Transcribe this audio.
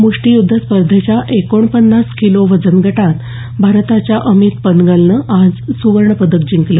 मुष्टीयुद्ध स्पर्धेच्या एकोणपन्नास किलो वजनगटात भारताच्या अमित पनगलनं आज सुवर्णपदक जिंकलं